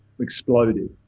exploded